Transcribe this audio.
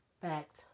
Fact